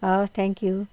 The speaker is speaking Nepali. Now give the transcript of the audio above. हवस् थ्याङ्क यू